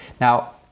Now